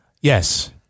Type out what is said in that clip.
Yes